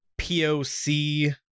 poc